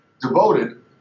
devoted